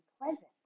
present